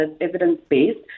evidence-based